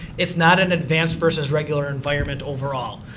it's not an advanced versus regular environment overall.